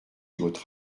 votre